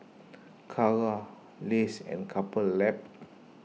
Kara Lays and Couple Lab